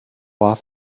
off